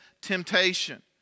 temptation